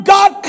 God